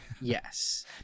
Yes